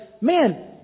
man